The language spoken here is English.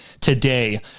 today